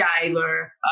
diver